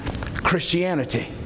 Christianity